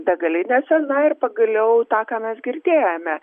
degalinėse na ir pagaliau tą ką mes girdėjome